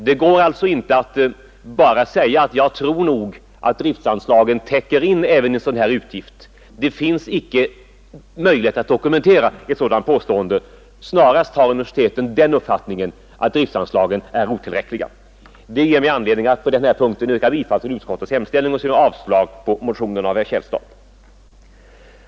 Det går alltså inte att bara säga, att jag tror nog att driftanslagen även täcker in en sådan här utgift. Det finns icke möjlighet att dokumentera ett sådant påstående. Snarast har universiteten den uppfattningen att driftanslagen är otillräckliga. Det ger mig anledning att på denna punkt yrka bifall till utskottets hemställan och avslag på motionen av herr Källstad.